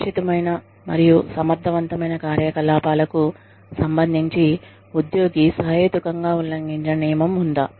సురక్షితమైన మరియు సమర్థవంతమైన కార్యకలాపాలకు సంబంధించి ఉద్యోగి సహేతుకంగా ఉల్లంఘించిన నియమం ఉందా